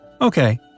Okay